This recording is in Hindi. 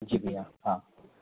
जी भैया हाँ